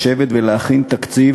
לשבת ולהכין תקציב,